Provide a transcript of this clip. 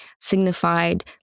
signified